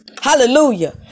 Hallelujah